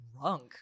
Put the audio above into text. drunk